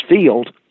field